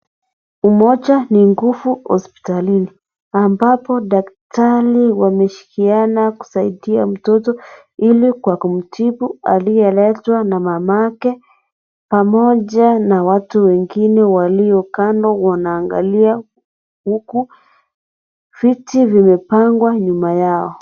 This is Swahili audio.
Umoja ni nguvu hospitalini, ambapo daktari wameshirikiana kusaidia mtoto, ili kwa kumtibu, aliyeletwa na mama yake, pamoja na watu wengi walio kando wanaangalia huku. Viti vimepangwa nyuma yao.